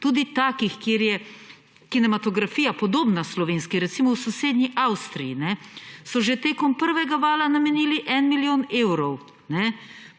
tudi takih, kjer je kinematografija podobna slovenski. Na primer, v sosednji Avstriji so že tekom prvega vala namenili en milijon evrov